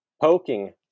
poking